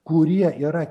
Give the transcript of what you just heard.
kurie yra